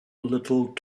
little